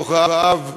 ברעב,